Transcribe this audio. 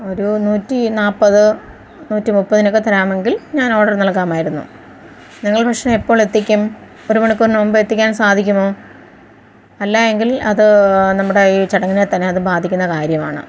ഒരു നൂറ്റി നാൽപത് നൂറ്റി മുപ്പതിനൊക്കെ തരാമെങ്കിൽ ഞാൻ ഓർഡറ് നൽകാമായിരുന്നു നിങ്ങൾ പക്ഷെ എപ്പോൾ എത്തിക്കും ഒരു മണിക്കൂറിനു മുൻപേ എത്തിക്കാൻ സാധിക്കുമോ അല്ലായെങ്കിൽ അത് നമ്മുടെ ഈ ചടങ്ങിനെ തന്നെ അത് ബാധിക്കുന്ന കാര്യആണ്